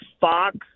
Fox